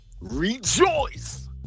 rejoice